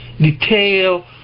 detail